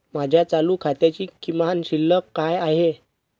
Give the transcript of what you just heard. माझ्या चालू खात्याची किमान शिल्लक काय आहे?